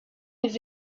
les